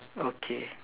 okay